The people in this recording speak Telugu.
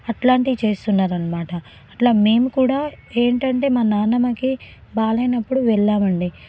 అట్లాంటివి చేస్తున్నారు అనమాట అట్లా మేము కూడా ఏంటంటే మా నాన్నమ్మకి బాగాలేనప్పుడు వెళ్ళామండి